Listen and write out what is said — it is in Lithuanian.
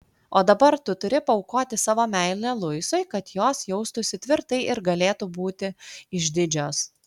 o dabar tu turi paaukoti savo meilę luisui kad jos jaustųsi tvirtai ir galėtų būti išdidžios